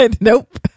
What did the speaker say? Nope